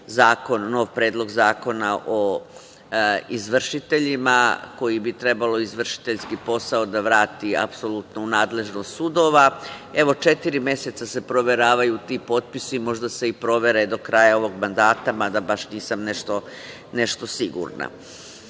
nov Predlog zakona o izvršiteljima, koji bi trebalo izvršiteljski posao da vrati apsolutno u nadležnost sudova. Evo, četiri meseca se proveravaju ti potpisi, možda se i provere do kraja ovog mandata, mada baš nisam nešto sigurna. Mi